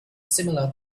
similar